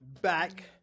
back